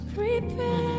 Prepare